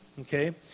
okay